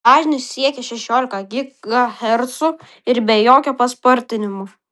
dažnis siekia šešiolika gigahercų ir be jokio paspartinimo